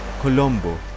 Colombo